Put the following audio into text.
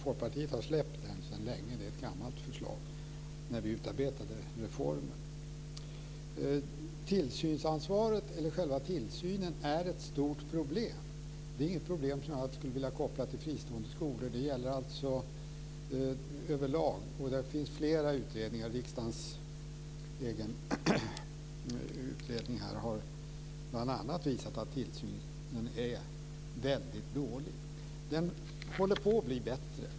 Folkpartiet har dock för länge sedan släppt det kravet. Det gäller ett gammalt förslag från tiden för utarbetandet av reformen. Tillsynen är ett stort problem som jag inte skulle vilja koppla till fristående skolor, utan det gäller överlag. Det har gjorts flera utredningar om detta. Riksdagens egen utredning har bl.a. visat att tillsynen är väldigt dålig. Den håller på att bli bättre.